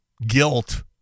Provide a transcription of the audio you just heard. Guilt